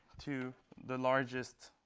to the largest